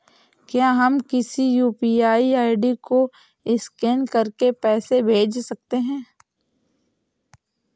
क्या हम किसी यू.पी.आई आई.डी को स्कैन करके पैसे भेज सकते हैं?